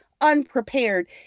unprepared